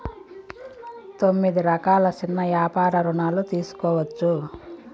తొమ్మిది రకాల సిన్న యాపార రుణాలు తీసుకోవచ్చు